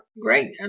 Great